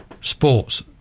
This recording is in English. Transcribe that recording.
sports